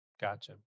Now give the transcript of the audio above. gotcha